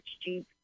cheap